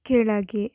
ಕೆಳಗೆ